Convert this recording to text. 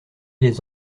les